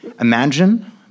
Imagine